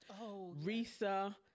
Risa